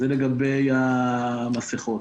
זה לגבי המסכות.